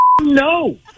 No